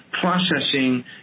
processing